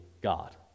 God